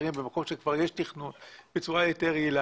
במקום כשכבר יש תכנון בצורה יעילה יותר.